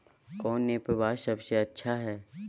कौन एप्पबा सबसे अच्छा हय?